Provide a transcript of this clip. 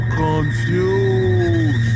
confused